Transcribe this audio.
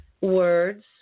words